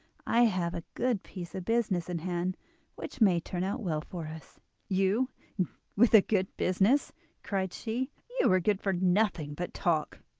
i have a good piece of business in hand which may turn out well for us you with a good business cried she, you are good for nothing but talk